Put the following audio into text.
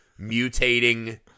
mutating